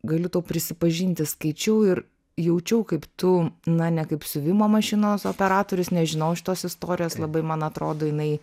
galiu tau prisipažinti skaičiau ir jaučiau kaip tu na ne kaip siuvimo mašinos operatorius nežinojau šitos istorijos labai man atrodo jinai